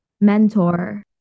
mentor